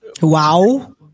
Wow